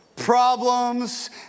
problems